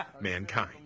mankind